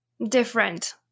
Different